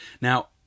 Now